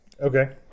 Okay